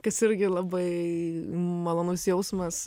kas irgi labai malonus jausmas